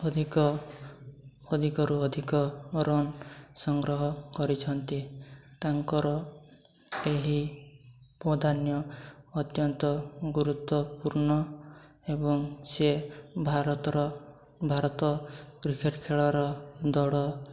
ଅଧିକ ଅଧିକ ରୁ ଅଧିକ ରନ୍ ସଂଗ୍ରହ କରିଛନ୍ତି ତାଙ୍କର ଏହି ବଦାନ୍ୟ ଅତ୍ୟନ୍ତ ଗୁରୁତ୍ୱପୂର୍ଣ୍ଣ ଏବଂ ସିଏ ଭାରତର ଭାରତ କ୍ରିକେଟ୍ ଖେଳର ଦଳ